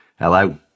hello